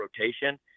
rotation